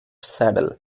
saddle